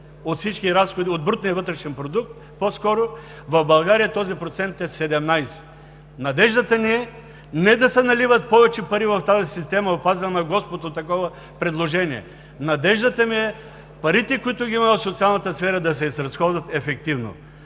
съюз средно от брутния вътрешен продукт се заделят 27,9%, в България този процент е 17. Надеждата ни е не да се наливат повече пари в тази система. Опазил ме Господ от такова предложение! Надеждата ми е парите, които ги има за социалната сфера, да се изразходват ефективно.